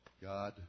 God